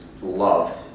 loved